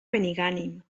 benigànim